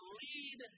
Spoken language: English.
lead